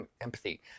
empathy